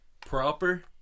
proper